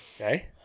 Okay